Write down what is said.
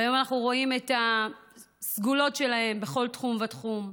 והיום אנחנו רואים את הסגולות שלהם בכל תחום ותחום.